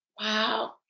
Wow